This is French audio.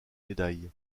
médaille